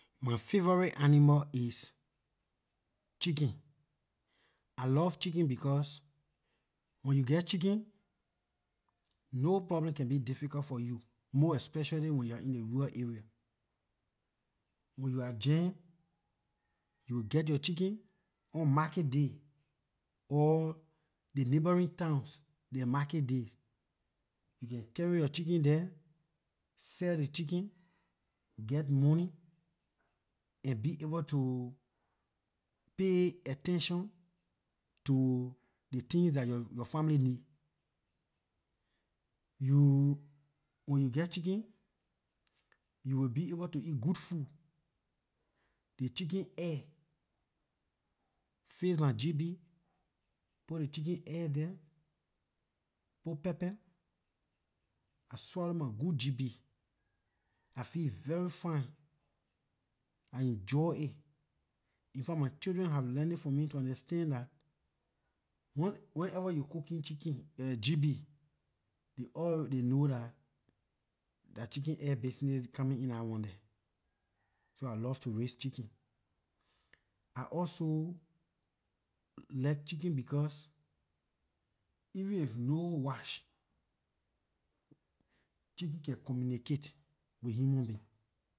My favorite animal is chicken, I love chicken because when you geh chicken no problem can be difficult for you most especially when you are in the rural area. When you are jam, you will get yor chicken on market day or the neighboring towns, their market day you can carry yor chicken there, sell ley chicken, get money and be able to pay attention to ley things dah yor- your family need. You when you geh chicken you will be able to eat good food ley chicken egg fix my gb, put ley chicken egg there, put pepper, I swallow my good gb I feel very fine I enjoy it in fact my children have learned it from me to an extent that whenever you cooking chicken gb they alre they know dah lah chicken egg business coming in dah one there, so I love to raise chicken. I also like chicken because, even if no watch, chicken can communicate with human beings.